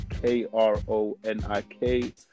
K-R-O-N-I-K